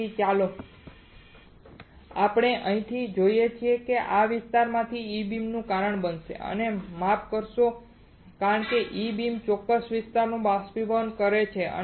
તેથી ચાલો આપણે અહીંથી જોઈએ કે તે આ ચોક્કસ વિસ્તારમાંથી E બીમનું કારણ બનશે અને તે માફ કરશે કારણ કે E બીમ ચોક્કસ વિસ્તારનું બાષ્પીભવન કરે છે